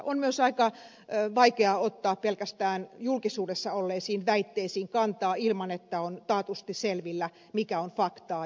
on myös aika vaikea ottaa kantaa pelkästään julkisuudessa olleisiin väitteisiin ilman että on taatusti selvillä siitä mikä on faktaa